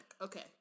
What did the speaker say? Okay